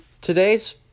Today's